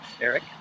Eric